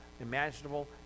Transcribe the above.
imaginable